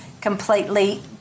completely